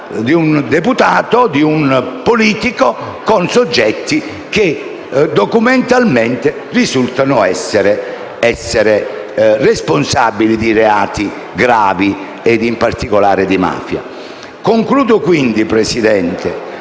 vicinanza di un politico con soggetti che documentalmente risultano essere responsabili di reati gravi e in particolare di mafia. Concludo, quindi, signor Presidente,